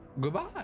goodbye